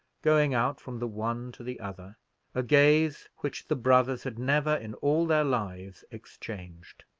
going out from the one to the other a gaze which the brothers had never in all their lives exchanged.